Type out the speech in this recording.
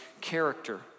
character